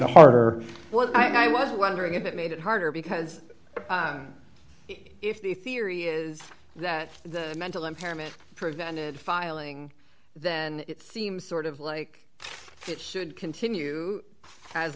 it harder what i was wondering if it made it harder because if the theory is that the mental impairment prevented filing then it seems sort of like it should continue as